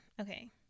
okay